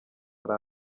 hari